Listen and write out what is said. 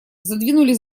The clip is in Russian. задвинули